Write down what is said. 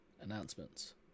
announcements